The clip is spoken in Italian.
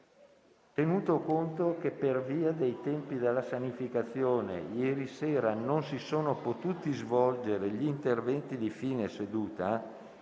tenuto conto che, per via dei tempi della sanificazione, ieri sera non si sono potuti svolgere gli interventi di fine seduta,